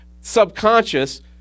subconscious